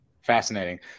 Fascinating